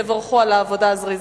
תבורכו על העבודה הזריזה.